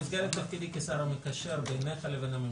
במסגרת תפקידי כשר המקשר בינך לבין הממשלה.